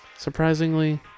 Surprisingly